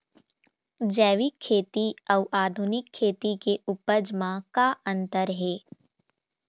जैविक खेती अउ आधुनिक खेती के उपज म का अंतर हे?